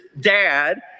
dad